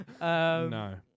no